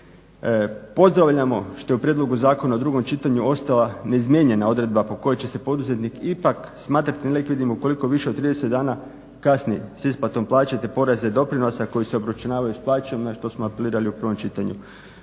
Pozdravljamo što je u prijedlogu zakona u drugom čitanju ostala neizmijenjena odredba po kojoj će se poduzetnik ipak smatrati nelikvidnim ukoliko više od 30 dana kasni sa isplatom plaće, te poreza i doprinosa koji se obračunavaju s plaćom na što smo apelirali u prvom čitanju.